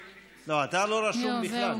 לא, אתה לא רשום בכלל.